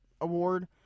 award